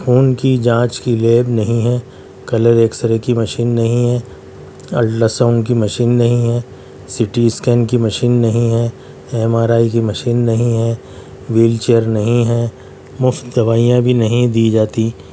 خون کی جانچ کی لیب نہیں ہیں کلر ایکسرے کی مشین نہیں ہیں الٹرا ساؤنڈ کی مشین نہیں ہیں سٹی اسکین کی مشین نہیں ہیں ایم آر آئی کی مشین نہیں ہے ویل چیئر نہیں ہیں مفت دوائیاں بھی نہیں دی جاتی